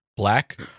black